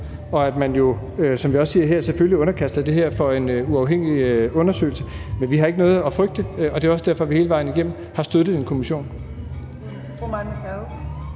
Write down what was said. siger her, selvfølgelig underkaster det en uafhængig undersøgelse. Men vi har ikke noget at frygte, og det er også derfor, at vi hele vejen igennem har støttet en kommission.